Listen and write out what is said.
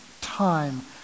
time